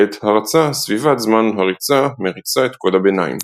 בעת הרצה, סביבת זמן הריצה מריצה את קוד הביניים.